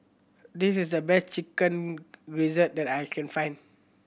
this is the best Chicken Gizzard that I can find